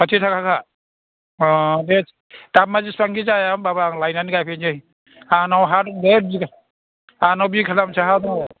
साथि थाखाखा दे दामा जेसेबांखि जाया आं लायनानै गायफैनसै आंनाव हा दंलै आंनाव बिगाथामसो हा दङ